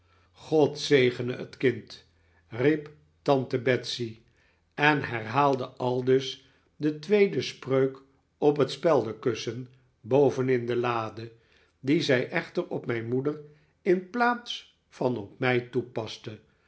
god zegene het kind riep tante betsey en herhaalde aldus de tweede spreuk op het speldenkussen boven in de lade die zij echter op mijn moeder in plaats van op mij toepaste